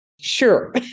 Sure